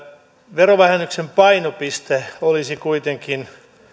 verovähennyksen painopisteen olisi kuitenkin